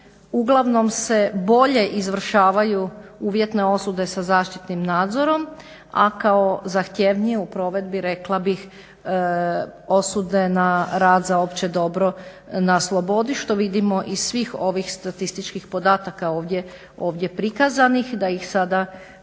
uglavnom se bolje izvršavaju uvjetne osude sa zaštitnim nadzorom, a kao zahtjevnije u provedbi rekla bih osude na rad za opće dobro na slobodi što vidimo iz svih ovih statističkih podataka ovdje prikazanih, da ih sada u detalje